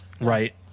right